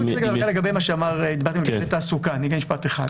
לגבי תעסוקה אני אגיד משפט אחד.